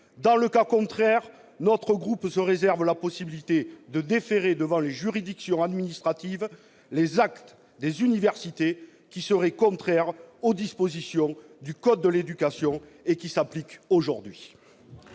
républicain citoyen et écologiste se réserve la possibilité de déférer devant les juridictions administratives les actes des universités qui seraient contraires aux dispositions du code de l'éducation tel qu'il s'applique aujourd'hui.